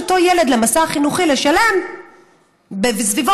אותו ילד נדרש לשלם לאותו מסע חינוכי,